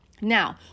Now